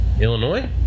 Illinois